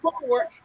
forward